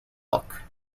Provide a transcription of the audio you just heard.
look